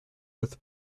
with